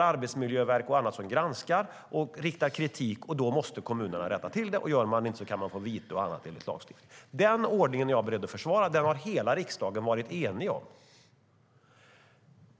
Arbetsmiljöverket och annat granskar och riktar kritik, och kommunerna måste rätta till felen. Gör inte kommunerna det kan det bli vite och annat enligt lagstiftning. Denna ordning är jag beredd att försvara. Den har hela riksdagen varit enig om.